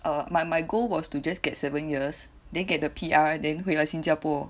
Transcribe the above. err my my goal was to just get seven years then get the P_R then 回来新加坡